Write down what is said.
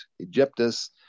Egyptus